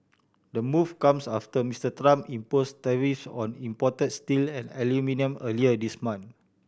the move comes after Mister Trump imposed tariffs on imported steel and aluminium earlier this month